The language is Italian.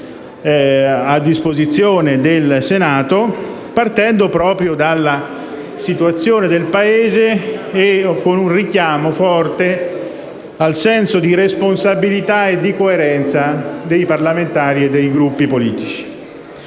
a disposizione del Senato, partendo proprio dalla situazione del Paese, con un richiamo forte al senso di responsabilità e di coerenza dei parlamentari e dei Gruppi politici.